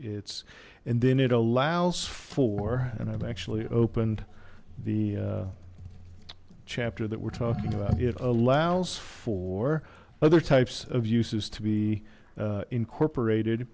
it's and then it allows for and i've actually opened the chapter that we're talking about it allows for other types of uses to be incorporated